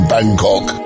Bangkok